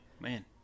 Man